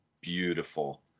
beautiful